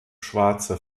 schwarze